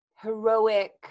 heroic